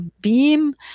beam